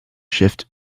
shift